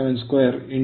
472 1